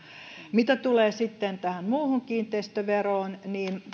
mitä tulee sitten tähän muuhun kiinteistöveroon niin